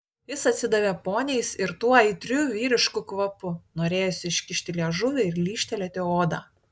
jis atsidavė poniais ir tuo aitriu vyrišku kvapu norėjosi iškišti liežuvį ir lyžtelėti odą